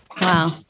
Wow